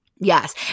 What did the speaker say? Yes